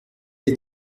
est